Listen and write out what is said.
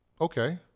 okay